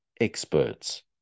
experts